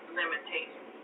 limitations